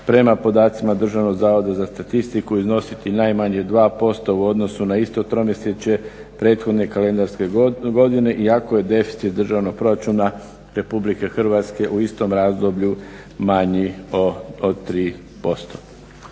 prema podacima Državnog zavoda za statistiku iznositi najmanje 2% u odnosu na isto tromjesečje prethodne kalendarske godine i ako je deficit Državnog proračuna RH u istom razdoblju manji od 3%.